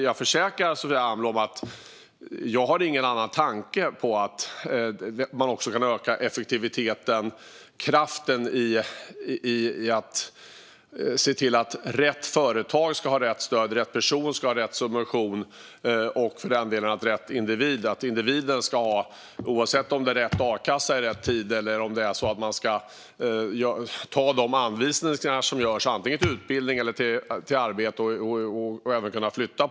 Jag försäkrar Sofia Amloh att jag inte har någon annan tanke än att öka effektiviteten och kraften i att se till att rätt företag ska ha rätt stöd och rätt person ska ha rätt subvention. Individen ska få rätt a-kassa i rätt tid eller följa anvisningar till antingen utbildning eller arbete. Det innebär även att flytta.